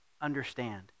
understand